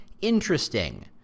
Interesting